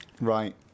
Right